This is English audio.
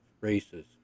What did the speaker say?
races